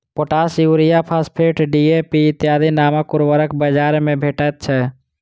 potash, urea, phosphate, DAP इत्यादि नामक उर्वरक बाजार मे भेटैत छै